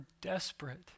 desperate